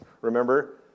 Remember